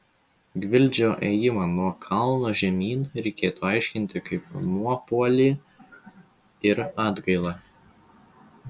gvildžio ėjimą nuo kalno žemyn reikėtų aiškinti kaip nuopuolį ir atgailą